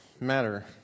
matter